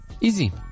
Easy